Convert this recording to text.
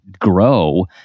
grow